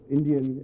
Indian